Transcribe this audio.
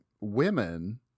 women